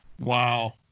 wow